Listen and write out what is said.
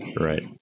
Right